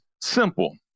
simple